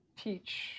teach